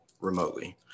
remotely